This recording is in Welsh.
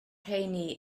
rheiny